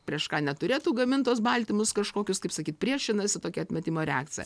prieš ką neturėtų gamint tuos baltymus kažkokius kaip sakyt priešinasi tokia atmetimo reakcija